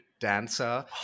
dancer